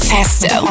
Festo